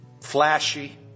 flashy